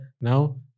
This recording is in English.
now